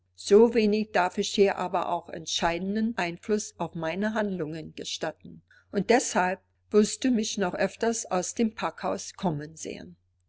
so wenig darf ich ihr aber auch entscheidenden einfluß auf meine handlungen gestatten und deshalb wirst du mich noch öfter aus dem packhaus kommen sehen